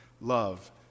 love